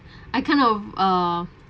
I kind of uh